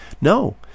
No